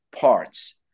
parts